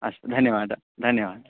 अस्तु धन्यवादः धन्यवादः